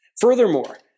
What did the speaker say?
Furthermore